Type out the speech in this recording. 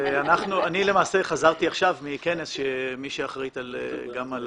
אני למעשה חזרתי עכשיו מכנס, שמי שאחראית גם על